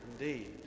Indeed